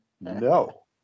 No